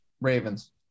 Ravens